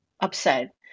upset